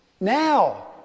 now